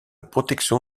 protection